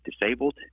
disabled